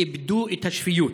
איבדו את השפיות.